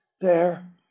There